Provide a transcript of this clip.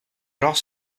genre